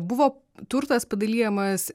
buvo turtas padalijamas